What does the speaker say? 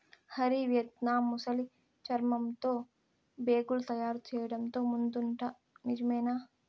Hari, Vietnam ముసలి చర్మంతో బేగులు తయారు చేయడంతో ముందుందట నిజమేనా